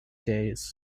days